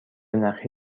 نخی